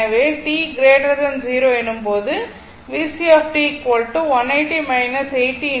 எனவே t 0 எனும் போது வோல்ட்